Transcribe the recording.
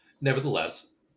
Nevertheless